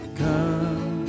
come